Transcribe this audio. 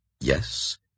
yes